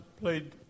played